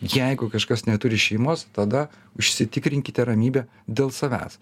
jeigu kažkas neturi šeimos tada užsitikrinkite ramybę dėl savęs